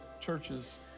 churches